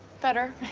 better.